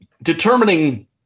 determining